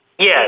Yes